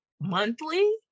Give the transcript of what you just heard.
monthly